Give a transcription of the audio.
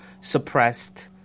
suppressed